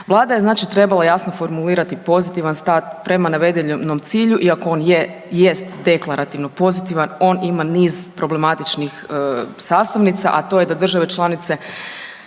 Vlada je znači trebala jasno formulirati pozitivan stav prema navedenom cilju iako on jest deklarativno pozitivan. On ima n iz problematičnih sastavnica, a to je da države članice